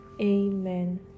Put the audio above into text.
Amen